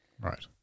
Right